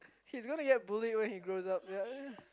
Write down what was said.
he's gonna get bullied when he grows up yeah